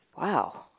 Wow